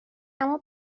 اما